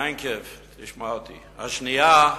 בפעם השנייה,